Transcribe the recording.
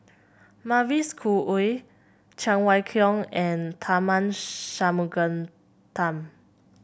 Mavis Khoo Oei Cheng Wai Keung and Tharman